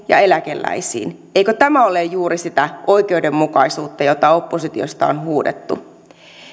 ja eläkeläisiin eikö tämä ole juuri sitä oikeudenmukaisuutta jota oppositiosta on huudettu